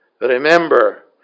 Remember